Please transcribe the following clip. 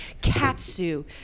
katsu